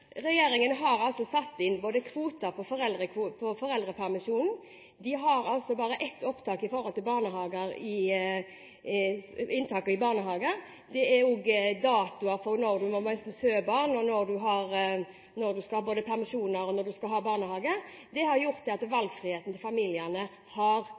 Regjeringen har altså satt inn kvoter på foreldrepermisjonen. Den har bare ett opptak når det gjelder inntak i barnehager. Det er nesten datoer for når du må føde barn, og når du skal ha både permisjon og barnehage. Det har gjort at valgfriheten til familiene har skrumpet inn under denne regjeringen. Resultatet er da at